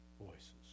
voices